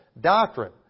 doctrine